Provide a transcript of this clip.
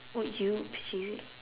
would you purchase it